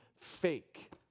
fake